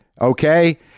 okay